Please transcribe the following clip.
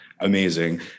amazing